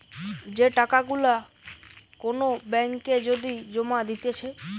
যে টাকা গুলা কোন ব্যাঙ্ক এ যদি জমা দিতেছে